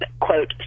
quote